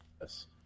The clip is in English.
Yes